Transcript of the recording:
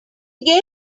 gave